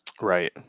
Right